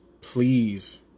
Please